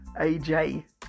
AJ